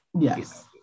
Yes